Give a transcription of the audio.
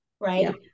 right